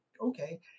okay